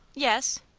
yes.